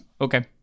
Okay